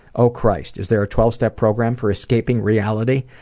oh christ, is there a twelve step program for escaping reality?